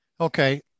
Okay